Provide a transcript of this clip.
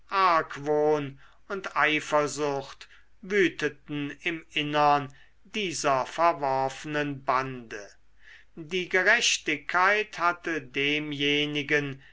und eifersucht wüteten im innern dieser verworfenen bande die gerechtigkeit hatte demjenigen